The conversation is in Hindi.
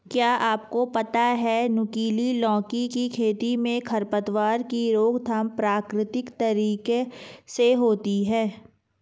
क्या आपको पता है नुकीली लौकी की खेती में खरपतवार की रोकथाम प्रकृतिक तरीके होता है?